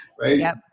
right